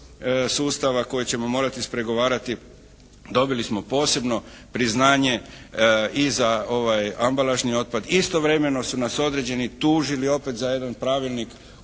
kojeg ćemo morati ispregovarati. Dobili smo posebno priznanje i za ambalažni otpad. Istovremeno su nas određeni tužili opet za jedan pravilnik vezan